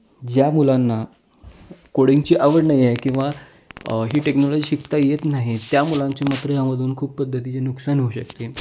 ज्या मुलांना कोडिंगची आवड नाही आहे किंवा ही टेक्नॉलॉजी शिकता येत नाही त्या मुलांची मात्र ह्यामधून खूप पद्धतीचे नुकसान होऊ शकते